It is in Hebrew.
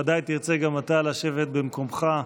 בוודאי תרצה גם אתה לשבת במקומך.